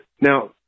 Now